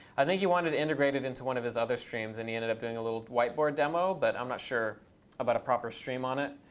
i think he wanted to integrate it into one of his other streams. and he ended up doing a little whiteboard demo. but i'm not sure about a proper stream on it.